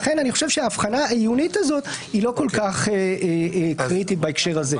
לכן אני חושב שההבחנה העיונית הזאת היא לא כל כך קריטית בהקשר הזה.